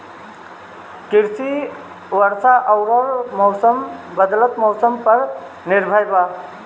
कृषि वर्षा आउर बदलत मौसम पर निर्भर बा